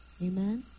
Amen